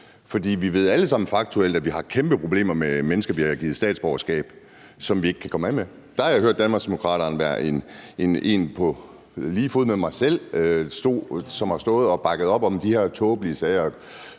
alle sammen faktuelt, at vi har kæmpe problemer med mennesker, vi har givet statsborgerskab, og som vi ikke kan komme af med. Der har jeg hørt Danmarksdemokraterne være på linje med mig selv – man har stået og bakket op i forhold til de her tåbelige sager